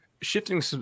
shifting